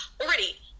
already